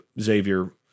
Xavier